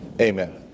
Amen